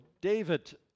David